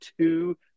two